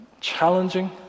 challenging